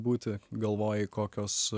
būti galvoji kokios